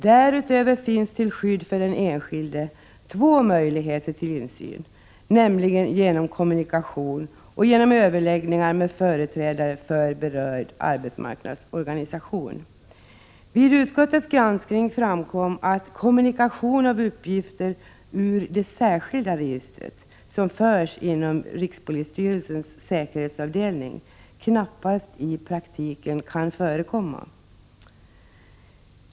Därutöver finns till skydd för den enskilde två möjligheter till insyn, nämligen kommunikation och överläggningar med företrädare för berörd arbetsmarknadsorganisation. Vid utskottets granskning framkom att kommunikation av uppgifter ur det särskilda registret, som förs inom rikspolisstyrelsens säkerhetsavdelning, knappast i praktiken kan förekomma.